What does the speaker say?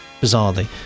bizarrely